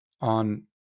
on